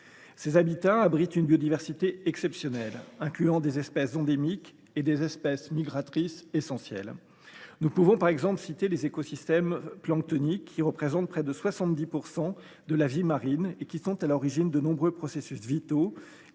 Ces habitats abritent une biodiversité exceptionnelle, dont des espèces endémiques et des espèces migratrices essentielles. Je pense, par exemple, aux écosystèmes planctoniques qui représentent près de 70 % de la vie marine et qui sont à l’origine de nombreux processus vitaux,